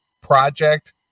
project